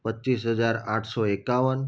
પચીસ હજાર આઠસો એકાવન